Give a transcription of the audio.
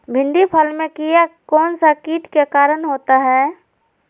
भिंडी फल में किया कौन सा किट के कारण होता है?